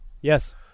Yes